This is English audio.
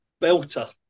Belter